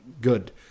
good